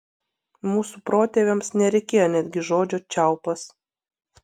mūsų protėviams nereikėjo netgi žodžio čiaupas